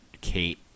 Kate